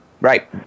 right